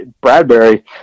Bradbury